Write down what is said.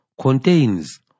contains